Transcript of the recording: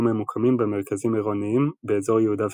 ממוקמים במרכזים עירוניים באזור יהודה ושומרון.